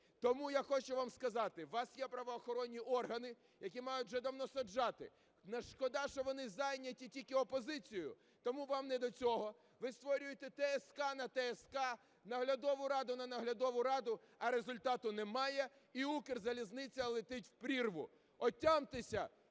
Тому я хочу вам сказати, у вас є правоохоронні органи, які мають вже давно саджати. Шкода, що вони зайняті тільки опозицією, тому вам не до цього, ви створюєте ТСК на ТСК, наглядову раду на наглядову раду, а результату немає і Укрзалізниця летить у прірву. Отямтеся!